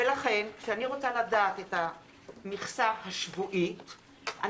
כשאני רוצה לדעת את המכסה השבועית,